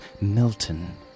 Milton